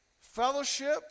fellowship